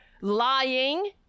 lying